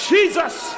Jesus